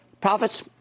Profits